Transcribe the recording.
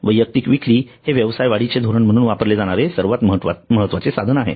वैयक्तिक विक्री हे व्यवसाय वाढीचे धोरण म्हणून वापरले जाणारे सर्वात महत्त्वाचे साधन आहे